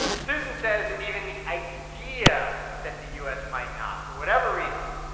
susan says that even the idea that the u s. might not, for whatever reason,